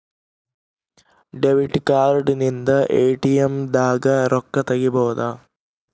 debit card ಇಂದ ATM ದಾಗ ರೊಕ್ಕ ತೆಕ್ಕೊಬೋದು